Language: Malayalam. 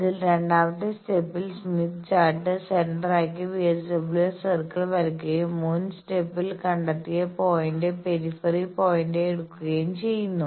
അതിനാൽ രണ്ടാമത്തെ സ്റ്റെപ്പിൽ സ്മിത്ത് ചാർട്ട് സെന്ററാക്കി വിഎസ്ഡബ്ല്യുആർ സർക്കിൾ വരയ്ക്കുകയും മുൻ സ്റ്റെപ്പിൽ കണ്ടെത്തിയ പോയിന്റ് പെരിഫറൽ പോയിന്റായി എടുക്കുകയും ചെയ്യുന്നു